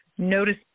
notice